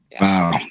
Wow